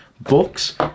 books